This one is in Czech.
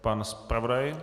Pan zpravodaj?